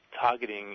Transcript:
targeting